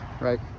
right